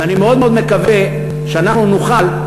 ואני מאוד מאוד מקווה שאנחנו נוכל,